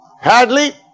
Hadley